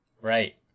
Right